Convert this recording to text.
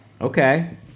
Okay